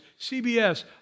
CBS